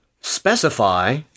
specify